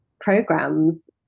programs